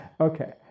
Okay